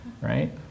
right